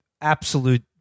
absolute